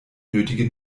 nötige